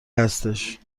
هستش